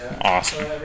awesome